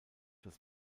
das